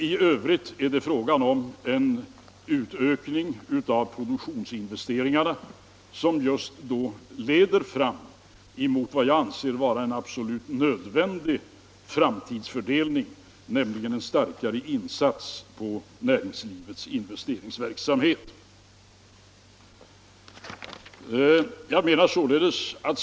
I övrigt är det fråga om en ökning av produktionsinvesteringarna, som just leder till vad jag anser vara absolut nödvändigt för framtiden, nämligen en starkare insats när det gäller investeringsverksamheten inom näringslivet.